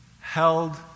held